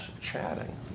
chatting